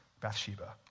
Bathsheba